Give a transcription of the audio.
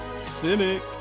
cynic